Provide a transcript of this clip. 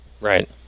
Right